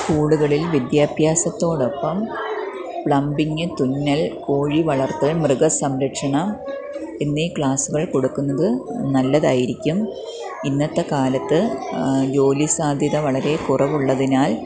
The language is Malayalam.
സ്കൂള്കളിൽ വിദ്യാഭ്യാസത്തോടൊപ്പം പ്ലംബിങ് തുന്നൽ കോഴിവളർത്തൽ മൃഗസംരക്ഷണം എന്നീ ക്ലാസുകൾ കൊടുക്കുന്നത് നല്ലതായിരിക്കും ഇന്നത്തെക്കാലത്ത് ജോലിസാധ്യത വളരെ കുറവുള്ളതിനാൽ